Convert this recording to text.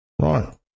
Right